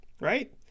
right